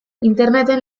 interneten